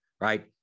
right